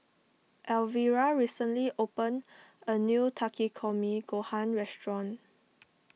Alvira recently opened a new Takikomi Gohan restaurant